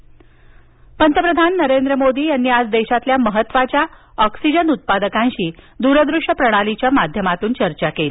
पंतप्रधान ऑक्सिजन पंतप्रधान नरेंद्र मोदी यांनी आज देशातल्या महत्त्वाच्या ऑक्सिजन उत्पादकांशी दूर दृश्य प्रणालीच्या माध्यमातून चर्चा केली